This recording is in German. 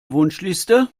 wunschliste